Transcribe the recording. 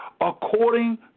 according